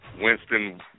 Winston –